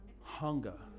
Hunger